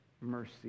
mercy